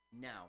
now